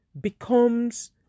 becomes